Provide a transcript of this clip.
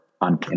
on